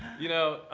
you know,